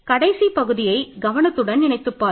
கடைசி பகுதியை கவனத்துடன் நினைத்துப் பாருங்கள்